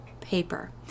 paper